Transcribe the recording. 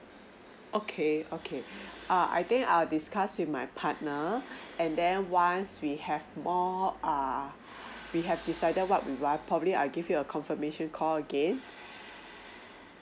okay okay err I think I'll discuss with my partner and then once we have more err we have decided what we want probably I'll give you a confirmation call again